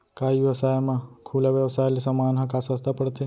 का ई व्यवसाय म खुला व्यवसाय ले समान ह का सस्ता पढ़थे?